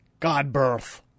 Godbirth